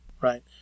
right